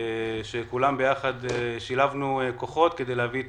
כולנו ביחד שילבנו כוחות כדי להביא את